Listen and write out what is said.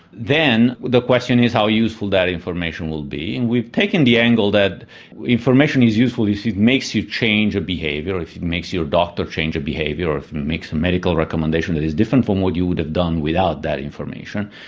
then, the question is how useful that information will be. and we've taken the angle that information is useful if it makes you change your behaviour, or if it makes your doctor change a behaviour, or if it makes a medical recommendation that is different from what you would have done without that information.